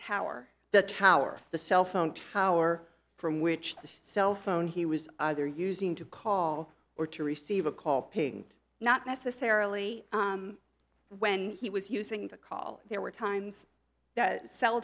the tower the cell phone tower from which the cell phone he was either using to call or to receive a call ping not necessarily when he was using the call there were times that cell